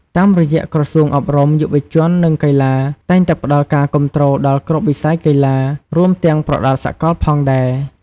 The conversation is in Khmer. តាមរយៈក្រសួងអប់រំ យុវជន និងកីឡា តែងតែផ្តល់ការគាំទ្រដល់គ្រប់វិស័យកីឡា រួមទាំងប្រដាល់សកលផងដែរ។